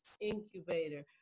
incubator